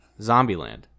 Zombieland